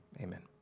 Amen